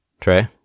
Trey